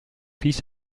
fils